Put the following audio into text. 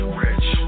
rich